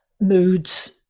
moods